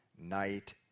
night